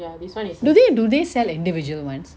do they do they sell individual ones